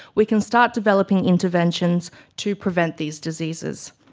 we can start developing interventions to prevent these diseases.